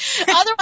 Otherwise